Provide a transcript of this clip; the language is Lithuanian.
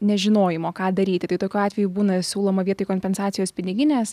nežinojimo ką daryti tai tokiu atveju būna siūloma vietoj kompensacijos piniginės